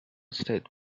state